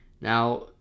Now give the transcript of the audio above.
now